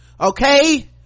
okay